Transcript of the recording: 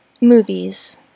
movies